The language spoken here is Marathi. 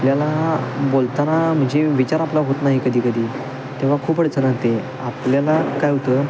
आपल्याला बोलताना म्हणजे विचार आपला होत नाही कधी कधी तेव्हा खूप अडचण येते आपल्याला काय होते